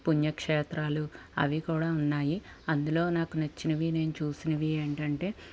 పుణ్యక్షేత్రాలు అవి కూడా ఉన్నాయి అందులో నాకు నచ్చినవి నేను చూసినవి ఏంటంటే